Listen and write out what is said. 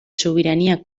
sobirania